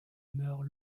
meurt